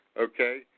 okay